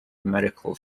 medical